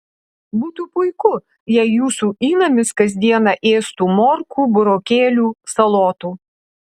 būtų puiku jei jūsų įnamis kas dieną ėstų morkų burokėlių salotų